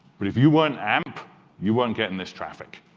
but if you want amp you won't get in this traffic,